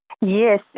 Yes